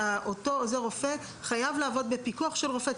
אותו עוזר רופא חייב לעבוד בפיקוח של רופא.